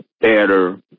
better